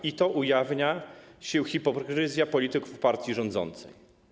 I tu ujawnia się hipokryzja polityków partii rządzącej.